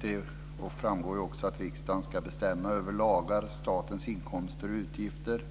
Det framgår också att riksdagen ska bestämma över lagar, statens inkomster och utgifter,